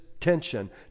Tension